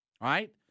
right